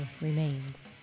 remains